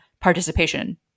participation